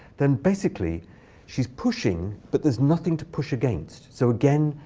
then basically she's pushing, but there's nothing to push against. so again,